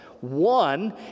One